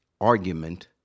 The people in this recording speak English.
argument